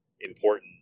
important